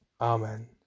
Amen